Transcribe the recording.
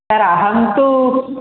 sir अहं तु